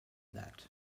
that